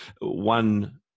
one